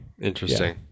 interesting